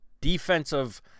defensive